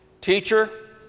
Teacher